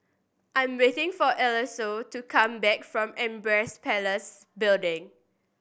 I'm waiting for Elyse to come back from Empress Palace Building